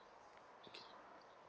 okay